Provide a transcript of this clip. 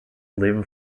live